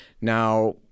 Now